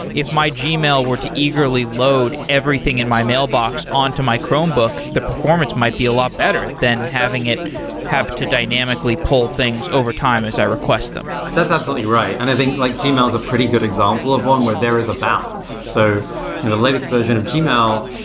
if my gmail were to eagerly load everything in my mailbox on to my chromebook, the performance might be a lot better than having it have to dynamically pull things overtime as i request them. that's absolutely right. i think like gmail is a pretty good example of one, where there is a balance. in so the latest version of gmail,